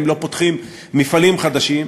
אם לא פותחים מפעלים חדשים,